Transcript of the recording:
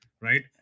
right